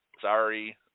Sorry